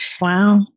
Wow